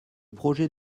projet